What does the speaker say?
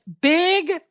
big